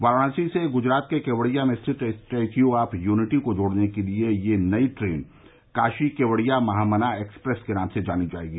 वाराणसी से गुजरात के केवड़िया में स्थित स्टैच्यू ऑफ़ यूनिटी को जोड़ने के लिए यह नई ट्रेन काशी केवड़िया महामना एक्सप्रेस के नाम से जानी जायेगी